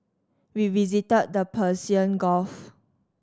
we visited the Persian Gulf